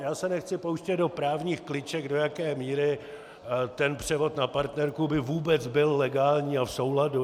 Já se nechci pouštět do právních kliček, do jaké míry ten převod na partnerku by vůbec byl legální a v souladu.